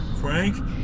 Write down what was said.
Frank